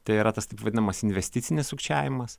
tai yra tas taip vadinamas investicinis sukčiavimas